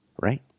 right